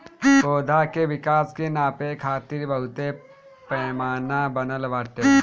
पौधा के विकास के नापे खातिर बहुते पैमाना बनल बाटे